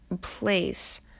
place